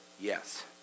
Yes